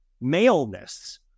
maleness